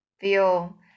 feel